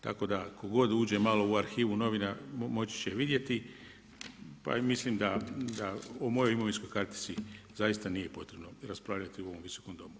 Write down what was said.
Tako da, tko god uđe malo u arhivu novina moći će vidjeti, pa i mislim da o mojoj imovinskoj kartica zaista nije potrebno raspravljati u ovom Visokom domu.